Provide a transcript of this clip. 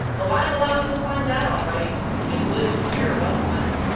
oh, i allow you'll find that all right he'd live in fear of us men.